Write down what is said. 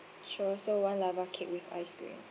sure so one lava cake with ice cream